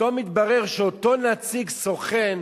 פתאום התברר שאותו נציג-סוכן,